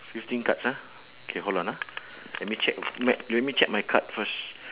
fifteen cards ah K hold on ah let me check let me check my card first